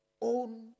own